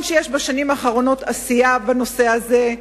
נכון שבשנים האחרונות יש עשייה בנושא הזה,